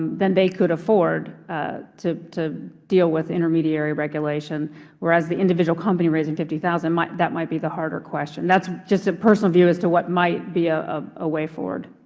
then they could afford ah to to deal with intermediary regulation whereas the individual company raising fifty thousand dollars, that might be the harder question. that's just a personal view as to what might be ah ah a way forward.